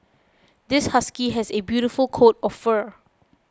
this husky has a beautiful coat of fur